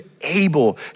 able